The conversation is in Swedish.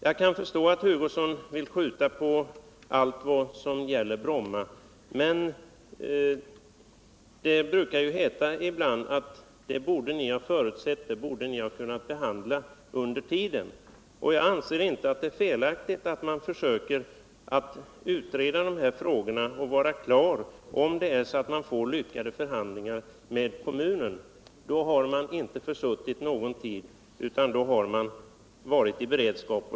Jag kan förstå att herr Hugosson vill skjuta upp allt vad som gäller Bromma, men det brukar ju ibland göras gällande, att vi borde ha förutsett vad som skulle komma och kunde ha förberett oss för det under tiden. Jag anser inte att det är felaktigt att man försöker att utreda dessa frågor och har en lösning klar, om vi lyckas komma fram till ett beslut vid förhandlingarna med kommunen. Då har man inte försuttit någon tid utan upprätthållit en beredskap.